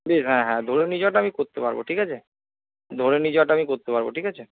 হ্যাঁ হ্যাঁ ধরে নিয়ে যাওয়াটা আমি করতে পারব ঠিক আছে ধরে নিয়ে যাওয়াটা আমি করতে পারব ঠিক আছে